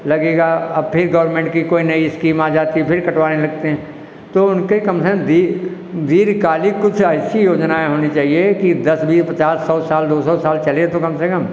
लगेगा अब फिर गौरमेन्ट की कोई नई इस्कीम आ जाती फिर कटवाने लगते हैं तो उनके कम से कम दीर्घ दीर्घकालीक कुछ ऐसी योजनाएँ होनी चाहिए कि दस बीस पचास सौ साल दो सौ साल चले तो कम से कम